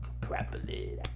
properly